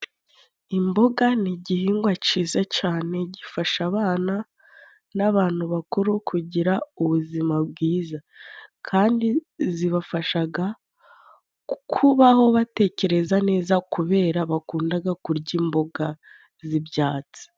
Imboga ni' igihingwa cyiza cyane, gifasha abana n'abantu bakuru kugira ubuzima bwiza, kandi zibafasha kubaho batekereza neza kubera bakunda kurya imboga z'ibyatsi.